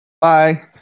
Bye